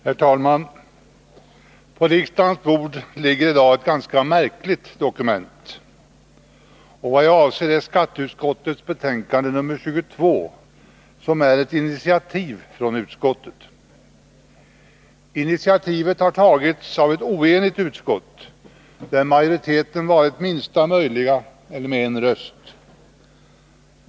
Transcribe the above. Herr talman! På riksdagens bord ligger i dag ett ganska märkligt dokument. Vad jag avser är skatteutskottets betänkande 22, som är föranlett av ett initiativ från utskottet. Initiativet har tagits av ett oenigt utskott, där majoriteten varit den minsta möjliga — eller med en röst.